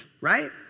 right